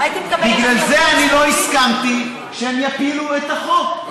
בגלל זה אני לא הסכמתי שהם יפילו את החוק.